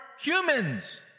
Humans